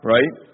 Right